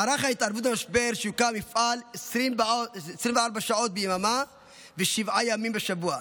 מערך ההתערבות במשבר שיוקם יפעל 24 שעות ביממה ושבעה ימים בשבוע,